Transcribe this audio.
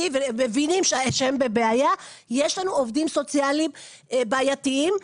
מבינים שהם בבעיה יש לנו עובדים סוציאליים בעייתיים.